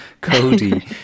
Cody